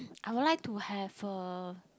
I would like to have a